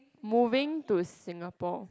moving to Singapore